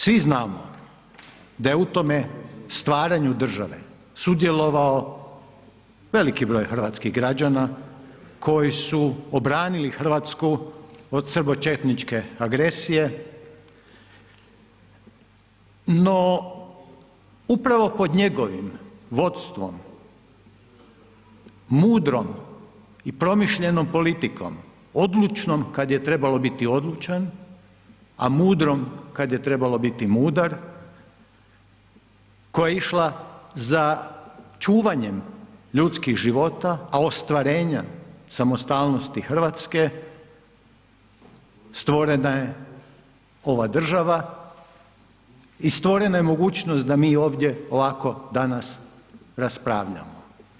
Svi znamo da je u tome stvaranju države sudjelovao veliki broj hrvatskih građana koji su obranili Hrvatsku od srbočetničke agresije, no upravo pod njegovim vodstvom, mudrom i promišljenom politikom, odlučnom kada je trebalo biti odlučan, a mudrom kada je trebalo biti mudar koja je išla za čuvanjem ljudskih života, a ostvarenja samostalnosti Hrvatske, stvorena je ova država i stvorena je mogućnost da mi ovdje ovako danas raspravljamo.